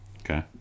Okay